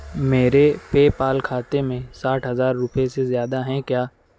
میرے پےپال کھاتے میں ساٹھ ہزار روپئے سے زیادہ ہیں کیا